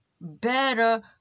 better